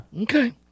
Okay